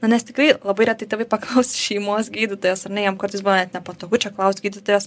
na nes tikrai labai retai tėvai paklaus šeimos gydytojos ar ne jiem kartais būna net nepatogu čia klaust gydytojos